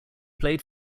played